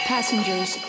Passengers